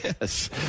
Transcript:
Yes